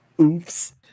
Oops